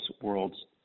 World's